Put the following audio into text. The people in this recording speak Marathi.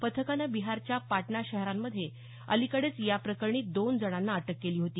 पथकानं बिहारच्या पाटणा शहरामध्ये अलिकडेच या प्रकरणी दोन जणांना अटक केली होती